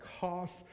cost